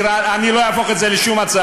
תהפוך את זה להצעה, אני לא אהפוך את זה לשום הצעה.